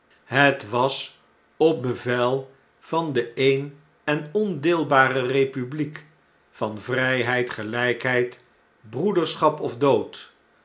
het was op bevel van de een en ondeelbare republiek van vryheid gelgkheid broederschap of dood